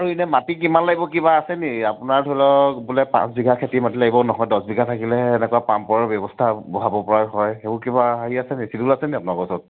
আৰু এতিয়া মাটি কিমান লাগিব কিবা আছে নেকি আপোনাৰ ধৰি লওক বোলে পাঁচ বিঘা খেতি মাটি লাগিব নহয় দহ বিঘা থাকিলেহে এনেকুৱা পাম্পৰ ব্যৱস্থা বহাবপৰা হয় সেইবোৰ কিবা হেৰি আছে নেকি ছিডোল আছে নেকি আপোনালোকৰ ওচৰত